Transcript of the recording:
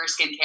skincare